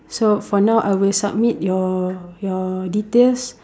so for now I will submit your your details